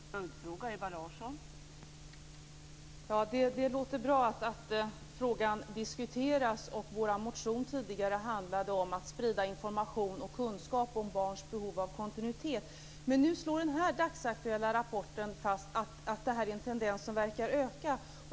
Fru talman! Det låter bra att frågan diskuteras. Vår motion tidigare handlade om att sprida information och kunskap om barns behov av kontinuitet. Nu slår den här dagsaktuella rapporten fast att detta är en tendens som verkar öka.